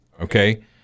okay